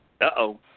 Uh-oh